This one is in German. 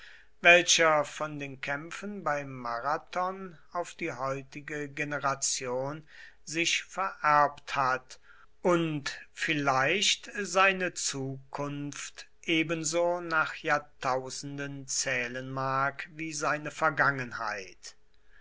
welcher von den kämpfen bei marathon auf die heutige generation sich vererbt hat und vielleicht seine zukunft ebenso nach jahrtausenden zählen mag wie seine vergangenheit